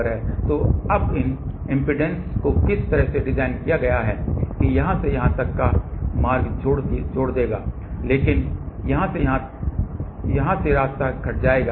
तो अब इन इम्पीडेन्सेस को जिस तरह से डिज़ाइन किया गया है कि यहाँ से यहाँ तक का मार्ग जोड़ देगा लेकिन यहाँ से रास्ता घट जाएगा